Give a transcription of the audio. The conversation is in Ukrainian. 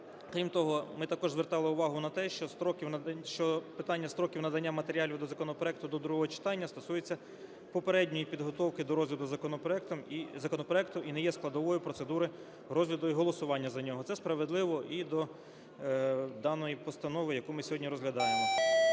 Крім того, ми також звертали увагу на те, що строки… що питання строків надання матеріалів до законопроекту до другого читання стосується попередньої підготовки до розгляду законопроекту і не є складовою процедури розгляду і голосування за нього. Це справедливо і до даної постанови, яку ми сьогодні розглядаємо.